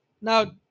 now